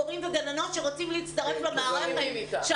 מורים וגננות שרוצים להצטרף למערכת.